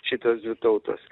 šitos dvi tautos